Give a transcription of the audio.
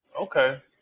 okay